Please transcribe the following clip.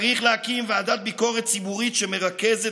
צריך להקים ועדת ביקורת ציבורית שמרכזת